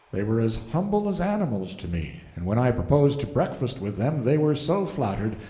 they were as humble as animals to me and when i proposed to breakfast with them, they were so flattered,